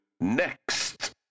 Next